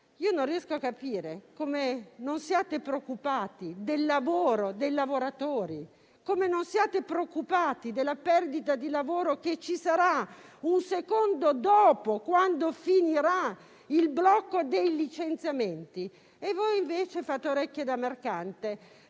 Non riesco a capire come non siate preoccupati del lavoro, dei lavoratori e della perdita di lavoro che ci sarà, un secondo dopo la fine del blocco dei licenziamenti. Voi invece fate orecchie da mercante!